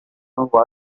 album